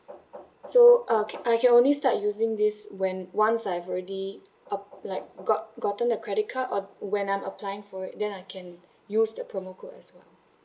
so uh I can only start using this when once I've already uh like got~ gotten the credit card or when I'm applying for it then I can use the promo code as well